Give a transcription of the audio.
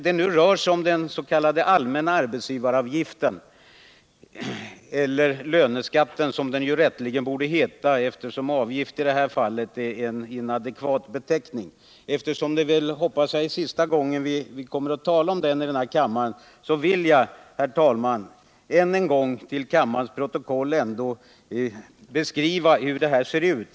Det rör sig här om den s.k. allmänna arbetsgivaravgiften eller löneskatten, som det rätteligen borde heta — avgift är i det här fallet en inadekvat beteckning. Eftersom det — hoppas jag — är sista gången vi talar om den vill jag än en gång till kammarens protokoll läsa in en beskrivning av hur det hela ser ut.